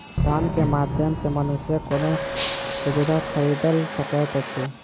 धन के माध्यम सॅ मनुष्य कोनो सुविधा खरीदल सकैत अछि